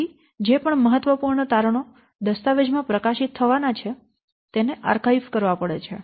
તેથી જે પણ મહત્વપૂર્ણ તારણો દસ્તાવેજ માં પ્રકાશિત થવાના છે તેને આર્કાઇવ કરવા પડે છે